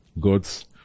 God's